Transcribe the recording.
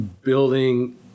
building